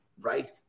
right